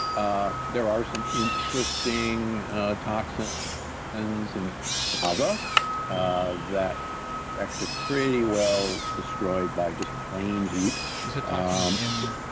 ah there are some interesting toxins and in cassava ah that are actually pretty well destroyed by just plain heat you so um in?